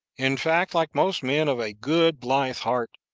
in fact, like most men of a good, blithe heart,